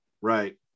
Right